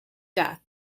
death